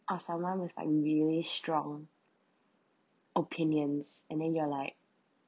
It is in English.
or someone with like really strong opinions and then you are like